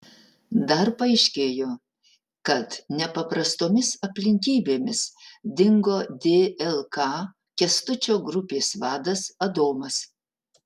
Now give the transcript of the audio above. dar paaiškėjo kad nepaprastomis aplinkybėmis dingo dlk kęstučio grupės vadas adomas